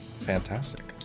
Fantastic